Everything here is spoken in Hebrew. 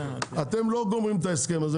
אתם לא גורמים את ההסכם הזה.